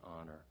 honor